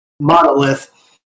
Monolith